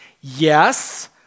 Yes